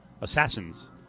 assassins